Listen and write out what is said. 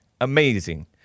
Amazing